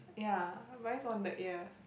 yeah but it's on the ear